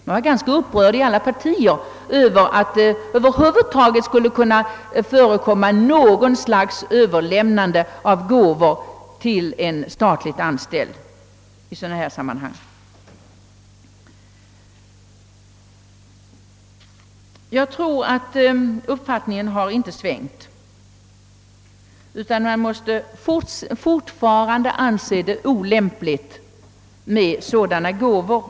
Man var inom alla partier ganska upprörd över att det över huvud taget kunde förekomma något slags överlämnande av gåvor till en statligt anställd i sådana sammanhang. Jag tror att den uppfattningen inte har svängt utan att det fortfarande anses olämpligt med sådana gåvor.